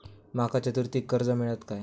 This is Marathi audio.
माका चतुर्थीक कर्ज मेळात काय?